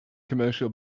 commercial